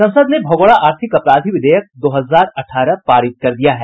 संसद ने भगोड़ा आर्थिक अपराधी विधेयक दो हजार अठारह पारित कर दिया है